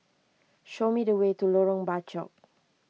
show me the way to Lorong Bachok